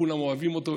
כולם אוהבים אותו,